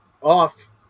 off